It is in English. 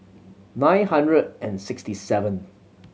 nine hundred and sixty seven